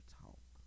talk